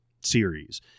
series